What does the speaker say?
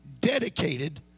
dedicated